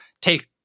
take